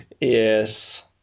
Yes